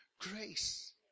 grace